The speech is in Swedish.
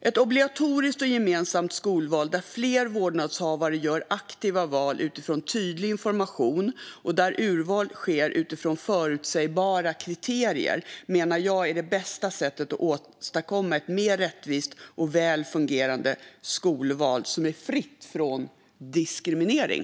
Ett obligatoriskt och gemensamt skolval där fler vårdnadshavare gör aktiva val utifrån tydlig information och där urval sker utifrån förutsägbara kriterier menar jag är det bästa sättet att åstadkomma ett mer rättvist och väl fungerande skolval som är fritt från diskriminering.